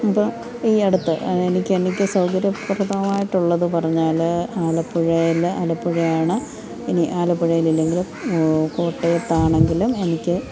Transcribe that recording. അപ്പോൾ ഈയടുത്ത് എനിക്ക് എനിക്ക് സൗകര്യ പ്രദമായിട്ടുള്ളത് പറഞ്ഞാൽ ആലപ്പുഴയിലെ ആലപ്പുഴയാണ് ഇനി ആലപ്പുഴയിൽ ഇല്ലെങ്കിലും കോട്ടയത്ത് ആണെങ്കിലും എനിക്ക്